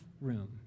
room